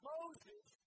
Moses